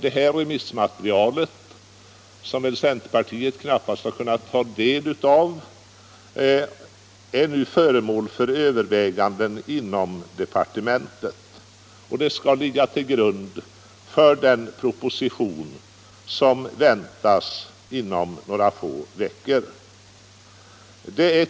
Detta remissmaterial, som väl centerpartiet knappast har kunnat ta del av, är nu föremål för överväganden inom departementet, och det skall ligga till grund för den proposition som väntas inom några få veckor.